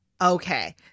Okay